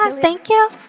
um thank you.